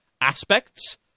aspects